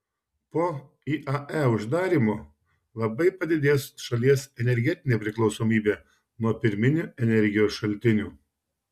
po iae uždarymo labai padidės šalies energetinė priklausomybė nuo pirminių energijos šaltinių